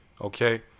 Okay